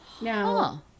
Now